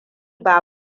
ba